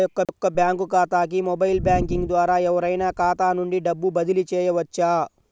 నా యొక్క బ్యాంక్ ఖాతాకి మొబైల్ బ్యాంకింగ్ ద్వారా ఎవరైనా ఖాతా నుండి డబ్బు బదిలీ చేయవచ్చా?